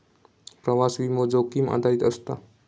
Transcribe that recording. प्रवास विमो, जोखीम आधारित असता